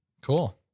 Cool